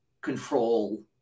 control